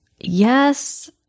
Yes